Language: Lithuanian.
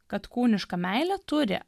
kad kūniška meilė turi